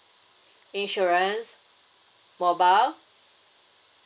insurance mobile